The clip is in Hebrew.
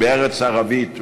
בארץ ערבית,